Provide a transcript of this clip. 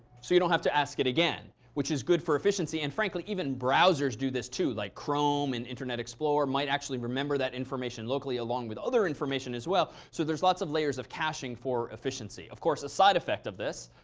so you don't have to ask it again. which is good for efficiency. and frankly, even browsers do this too. like chrome and internet explorer might actually remember that information locally along with other information as well. so there's lots of layers of caching for efficiency. of course, a side effect of this,